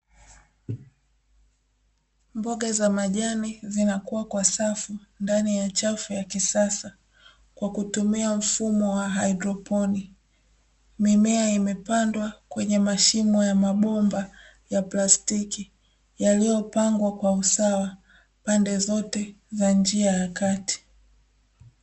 Mboga za majani zinakua kwa safu ndani ya chafu ya kisasa, kwa kutumia mfumo wa haidroponi mimea imepandwa kwenye mashimo ya mabomba ya plastiki yaliyopangwa kwa usawa pande zote za njia ya kati.